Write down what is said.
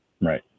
Right